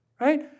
right